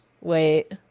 wait